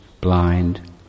blind